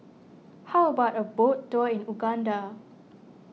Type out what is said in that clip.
how about a boat tour in Uganda